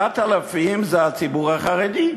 7,000 נועדו לציבור החרדי,